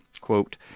Quote